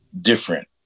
different